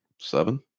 Seven